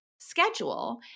Schedule